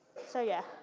so yeah.